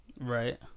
Right